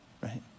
right